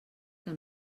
que